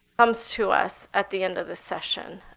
comes to us at the end of the session.